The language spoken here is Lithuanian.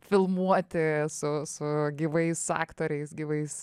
filmuoti su su gyvais aktoriais gyvais